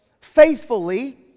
faithfully